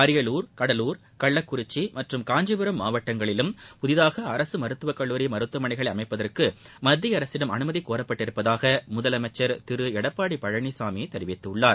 அரியலூர் கடலூர் கள்ளக்குறிச்சி மற்றும் காஞ்சிபுரம் மாவட்டங்களிலும் புதிதாக அரசு மருத்துவக்கல்லூரி மருத்துவமனைகளை அமைப்பதற்கு மத்திய அரசிடம் அனுமதி கோரப்பட்டிருப்பதாக முதலமைச்சர் திரு எடப்பாடி பழனிசாமி தெரிவித்துள்ளார்